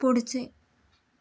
पुढचे